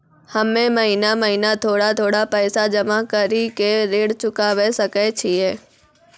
हम्मे महीना महीना थोड़ा थोड़ा पैसा जमा कड़ी के ऋण चुकाबै सकय छियै?